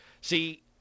see